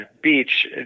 Beach